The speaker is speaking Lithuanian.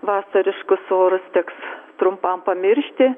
vasariškus orus teks trumpam pamiršti